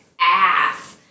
ass